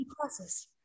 classes